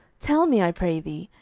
tell me, i pray thee,